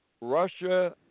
Russia